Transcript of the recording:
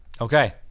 Okay